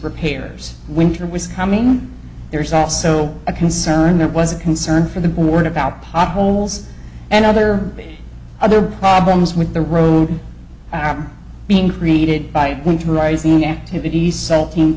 repairs winter was coming there's also a concern that was a concern for the board about potholes and other other problems with the road being created by winterizing activities